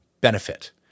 benefit